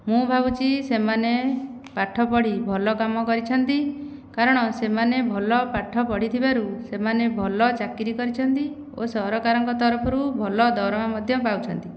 ମୁଁ ଭାବୁଛି ସେମାନେ ପାଠ ପଢ଼ି ଭଲ କାମ କରିଛନ୍ତି କାରଣ ସେମାନେ ଭଲ ପାଠ ପଢ଼ିଥିବାରୁ ସେମାନେ ଭଲ ଚାକିରି କରିଛନ୍ତି ଓ ସରକାରଙ୍କ ତରଫରୁ ଭଲ ଦରମା ମଧ୍ୟ ପାଉଛନ୍ତି